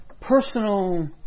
personal